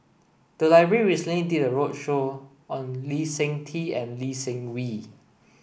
the library recently did a roadshow on Lee Seng Tee and Lee Seng Wee